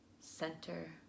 center